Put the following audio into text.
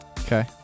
Okay